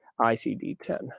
ICD-10